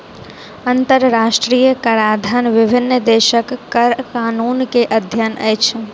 अंतरराष्ट्रीय कराधन विभिन्न देशक कर कानून के अध्ययन अछि